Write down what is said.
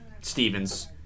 Stevens